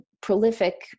prolific